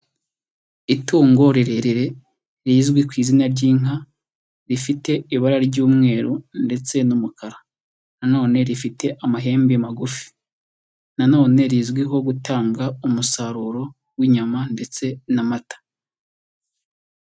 Itungo rirerire rizwi ku izina ry'inka, rifite ibara ry'umweru ndetse n'umukara na none rifite amahembe magufi na none rizwiho gutanga umusaruro w'inyama ndetse n'amata.